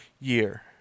year